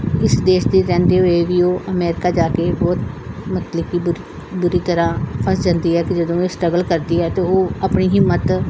ਇਸ ਦੇਸ਼ ਦੇ ਰਹਿੰਦੇ ਹੋਏ ਵੀ ਉਹ ਅਮੇਰਿਕਾ ਜਾ ਕੇ ਬਹੁਤ ਮਤਲਬ ਕਿ ਬੁਰੀ ਬੁਰੀ ਤਰ੍ਹਾਂ ਫਸ ਜਾਂਦੀ ਹੈ ਕਿ ਜਦੋਂ ਇਹ ਸਟਰਗਲ ਕਰਦੀ ਹੈ ਅਤੇ ਉਹ ਆਪਣੀ ਹਿੰਮਤ